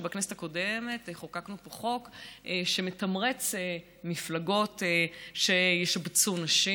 שבכנסת הקודמת חוקקנו חוק שמתמרץ מפלגות שישבצו נשים,